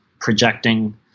projecting